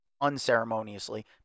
unceremoniously